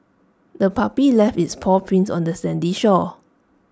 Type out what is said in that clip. the puppy left its paw prints on the sandy shore